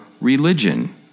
religion